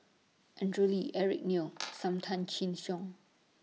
Andrew Lee Eric Neo SAM Tan Chin Siong